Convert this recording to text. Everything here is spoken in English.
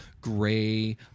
gray